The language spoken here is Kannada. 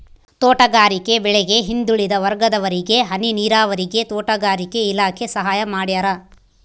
ತೋಟಗಾರಿಕೆ ಬೆಳೆಗೆ ಹಿಂದುಳಿದ ವರ್ಗದವರಿಗೆ ಹನಿ ನೀರಾವರಿಗೆ ತೋಟಗಾರಿಕೆ ಇಲಾಖೆ ಸಹಾಯ ಮಾಡ್ಯಾರ